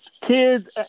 kids